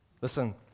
Listen